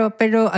pero